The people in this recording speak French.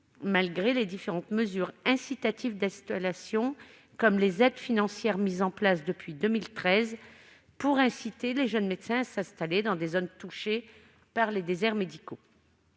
malgré les différentes mesures incitatives d'installation, comme les aides financières mises en place depuis 2013 pour inciter les jeunes médecins à s'installer dans les déserts médicaux.